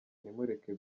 nimureke